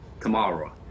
tomorrow